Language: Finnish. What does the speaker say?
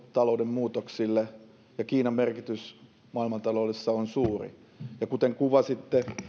talouden muutoksille ja kiinan merkitys maailmantaloudessa on suuri kuten kuvasitte